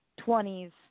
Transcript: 20s